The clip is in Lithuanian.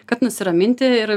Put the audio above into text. kad nusiraminti ir